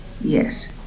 yes